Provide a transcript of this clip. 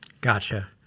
Gotcha